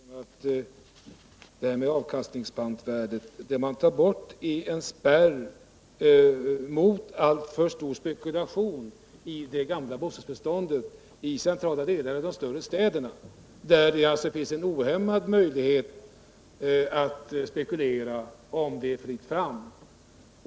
Herr talman! Beträffande avkastningspantvärdet vill jag säga till Kjell Mattsson att det man tar bort är en spärr mot alltför stor spekulation i det gamla bostadsbeståndet i centrala delar av de större städerna. Där finns det en ohämmad möjlighet att spekulera om det är fritt fram.